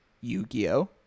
Yu-Gi-Oh